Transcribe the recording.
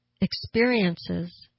experiences